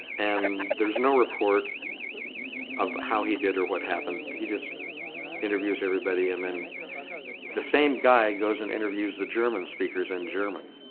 and there's no report of how he did or what happened he just interviews everybody and then the same guy goes and interviews the german speakers in german